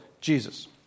Jesus